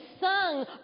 sung